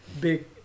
big